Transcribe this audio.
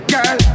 Girl